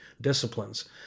disciplines